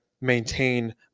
maintain